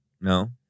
No